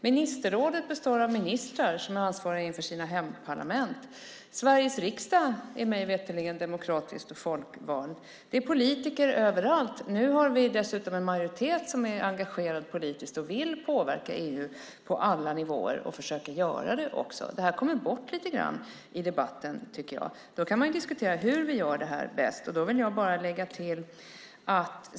Ministerrådet består av ministrar som är ansvariga inför sina hemparlament. Sveriges riksdag är mig veterligen demokratiskt folkvald. Det är politiker överallt. Nu har vi dessutom en majoritet som är engagerad politiskt och vill påverka EU på alla nivåer - och försöker göra det också. Det här kommer bort lite grann i debatten. Då kan vi diskutera hur vi gör det här bäst.